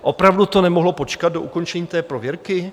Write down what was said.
Opravdu to nemohlo počkat do ukončení té prověrky?